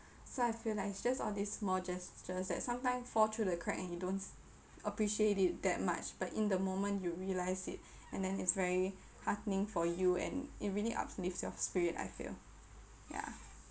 so I feel like it's just all these small gestures that sometime fall through the crack and you don't appreciate it that much but in the moment you realise it and then it's very heartening for you and it really uplifts your spirit I feel ya